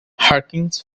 harkins